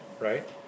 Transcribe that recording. right